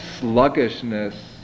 sluggishness